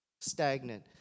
stagnant